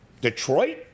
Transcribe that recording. Detroit